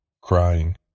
crying